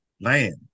land